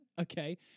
Okay